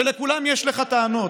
שלכולם יש לך טענות?